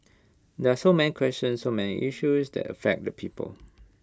there are so many questions so many issues that affect the people